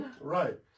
right